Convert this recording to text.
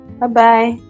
Bye-bye